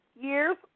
years